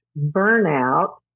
burnout